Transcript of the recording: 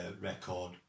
record